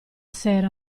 sera